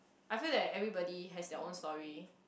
I feel that everybody has their own story